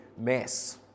mess